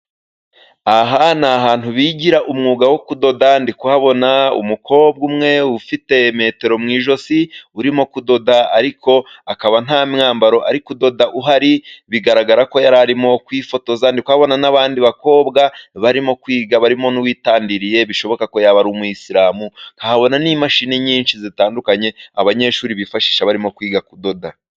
Aha ni ahantu bigira umwuga wo kudoda ndi kuhabona umukobwa umwe ufite metero mu ijosi urimo kudoda ariko akaba nta mwambaro ariko kudoda uhari bigaragara ko yari arimo kwifotoza ndi kuhabona n'abandi bakobwa barimo kwiga barimo n'uwitandiriye bishoboka ko yababara umuyisilamu nk'akahabona n'imashini nyinshi zitandukanye abanyeshuri bifashisha barimo kwiga kudoda.